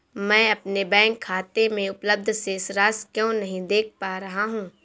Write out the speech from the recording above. मैं अपने बैंक खाते में उपलब्ध शेष राशि क्यो नहीं देख पा रहा हूँ?